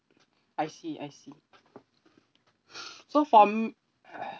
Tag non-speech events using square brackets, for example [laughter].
I see I see [noise] so from [noise]